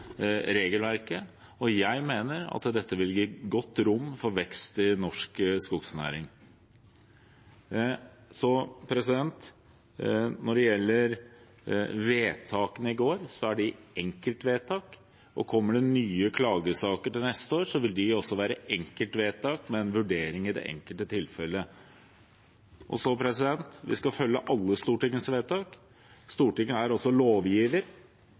regelverket, og jeg mener det vil gi godt rom for vekst i norsk skognæring. Når det gjelder vedtakene i går, er de enkeltvedtak. Kommer det nye klagesaker til neste år, vil de også være enkeltvedtak med en vurdering i det enkelte tilfellet. Vi skal følge alle Stortingets vedtak. Stortinget er også lovgiver.